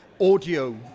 Audio